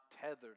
tethered